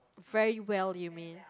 very well you mean